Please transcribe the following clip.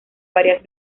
varias